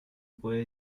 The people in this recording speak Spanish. puede